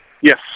Yes